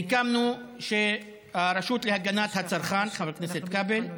סיכמנו שהרשות להגנת הצרכן, חבר הכנסת כבל,